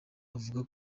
avuga